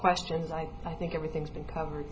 questions right i think everything's been covered